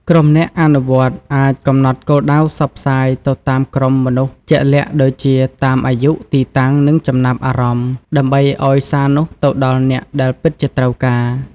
ក្រុមអ្នកអនុវត្តអាចកំណត់គោលដៅផ្សព្វផ្សាយទៅតាមក្រុមមនុស្សជាក់លាក់ដូចជាតាមអាយុ ទីតាំង និងចំណាប់អារម្មណ៍ ដើម្បីឲ្យសារនោះទៅដល់អ្នកដែលពិតជាត្រូវការ។